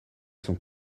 son